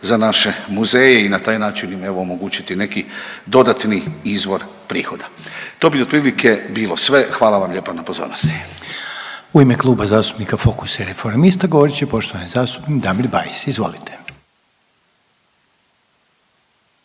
za naše muzeje i na taj način im evo omogućiti neki dodatni izvor prihoda. To bi otprilike bilo sve, hvala vam lijepa na pozornosti. **Reiner, Željko (HDZ)** U ime Kluba zastupnika Fokusa i Reformista govorit će poštovani zastupnik Damir Bajs. Izvolite.